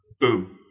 Boom